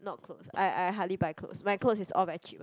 not clothes I I hardly buy clothes my clothes is all very cheap [one]